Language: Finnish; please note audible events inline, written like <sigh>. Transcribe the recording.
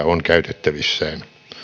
<unintelligible> on käytettävissään